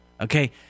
Okay